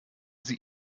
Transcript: sie